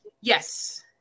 Yes